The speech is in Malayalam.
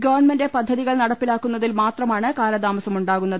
ഗവൺമെന്റ് പദ്ധതികൾ നടപ്പിലാക്കുന്നതിൽ മാത്രമാണ് കാലതാമസം ഉണ്ടാവുന്നത്